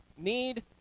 Need